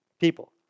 people